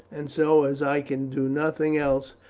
and so, as i can do nothing else,